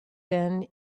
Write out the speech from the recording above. been